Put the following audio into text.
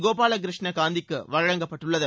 கோபாலகிருஷ்ண காந்திக்கு வழங்கப்பட்டுள்ளது